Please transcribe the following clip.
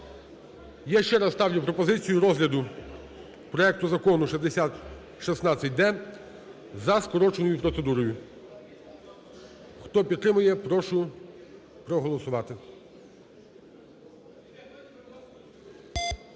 Я ще раз ставлю пропозицію розгляду проекту Закону 6016-д за скороченою процедурою. Хто підтримує, прошу проголосувати.